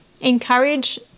encourage